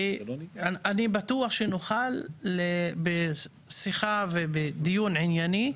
ואני בטוח שנוכל בשיחה ובדיון ענייני,